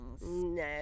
No